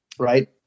right